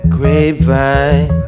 Grapevine